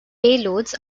payloads